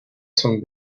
zum